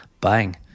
Bang